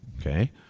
Okay